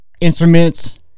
instruments